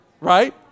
right